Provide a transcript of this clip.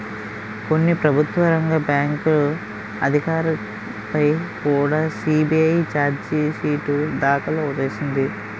కొన్ని ప్రభుత్వ రంగ బ్యాంకు అధికారులపై కుడా సి.బి.ఐ చార్జి షీటు దాఖలు చేసింది